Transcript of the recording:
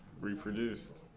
reproduced